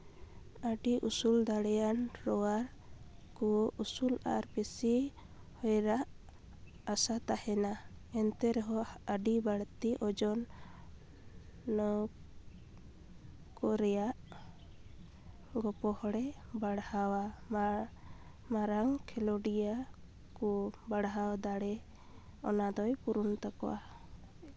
ᱟᱹᱰᱤ ᱩᱥᱩᱞ ᱫᱟᱲᱮᱭᱟᱱ ᱨᱚᱣᱟᱨ ᱠᱚ ᱩᱥᱩᱞ ᱟᱨ ᱵᱮᱥᱤ ᱦᱚᱭᱨᱟᱜ ᱟᱥᱟ ᱛᱟᱦᱮᱱᱟ ᱮᱱᱛᱮ ᱨᱮᱦᱚᱸ ᱟᱹᱰᱤ ᱵᱟᱹᱲᱛᱤ ᱳᱡᱚᱱ ᱱᱚᱣᱟ ᱠᱚ ᱨᱮᱭᱟᱜ ᱜᱚᱯᱚᱦᱚᱲᱮ ᱵᱟᱲᱦᱟᱣᱟ ᱢᱟᱨᱟᱝ ᱠᱷᱮᱞᱳᱰᱤᱭᱟᱹ ᱠᱚ ᱵᱟᱲᱦᱟᱣ ᱫᱟᱲᱮ ᱚᱱᱟ ᱫᱚᱭ ᱯᱩᱨᱚᱱ ᱛᱟᱠᱳᱣᱟ